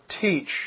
teach